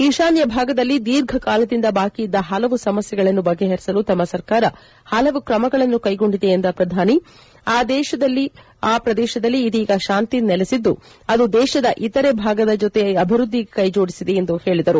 ಈತಾನ್ನ ಭಾಗದಲ್ಲಿ ದೀರ್ಘಕಾಲದಿಂದ ಬಾಕಿ ಇದ್ದ ಪಲವು ಸಮಸ್ಥೆಗಳನ್ನು ಬಗೆಹರಿಸಲು ತಮ್ಮ ಸರ್ಕಾರ ಹಲವು ಕ್ರಮಗಳನ್ನು ಕೈಗೊಂಡಿದೆ ಎಂದ ಪ್ರಧಾನಿ ಅವರು ಆ ಪ್ರದೇಶದಲ್ಲಿ ಇದೀಗ ಶಾಂತಿ ನೆಲೆಸಿದ್ದು ಅದು ದೇಶದ ಇತರೆ ಭಾಗದ ಜತೆ ಅಭಿವ್ವದ್ದಿಗೆ ಕೈಜೋಡಿಸಿದೆ ಎಂದು ಹೇಳಿದರು